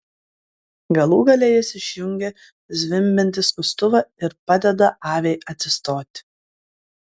galų gale jis išjungia zvimbiantį skustuvą ir padeda aviai atsistoti